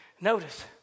Notice